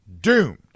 doomed